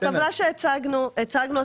בטבלה שהצגנו,